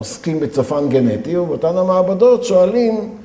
עוסקים בצופן גנטי, ובאותן המעבדות שואלים,